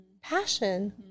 Passion